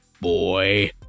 boy